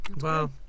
Wow